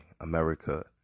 America